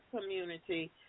community